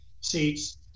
seats